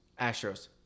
Astros